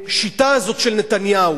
שהשיטה הזאת, של נתניהו,